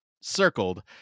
circled